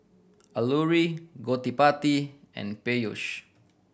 Alluri Gottipati and Peyush